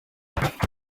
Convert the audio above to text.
umukobwa